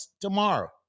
tomorrow